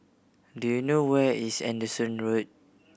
do you know where is Anderson Road